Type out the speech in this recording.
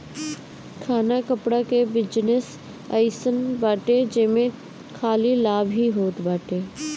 खाना कपड़ा कअ बिजनेस अइसन बाटे जेमे खाली लाभ ही होत बाटे